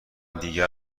دیگر